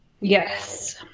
Yes